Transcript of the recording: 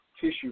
tissue